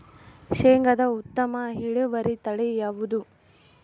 ಶೇಂಗಾದ ಉತ್ತಮ ಇಳುವರಿ ತಳಿ ಯಾವುದು?